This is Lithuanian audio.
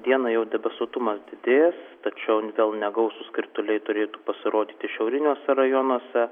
dieną jau debesuotumas didės tačiau vėl negausūs krituliai turėtų pasirodyti šiauriniuose rajonuose